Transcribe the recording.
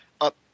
up